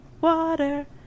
water